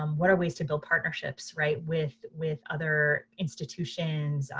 um what are ways to build partnerships right? with with other institutions,